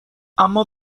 اما